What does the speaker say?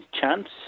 chance